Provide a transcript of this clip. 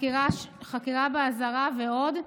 חקירה באזהרה ועוד.